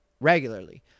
regularly